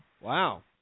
Wow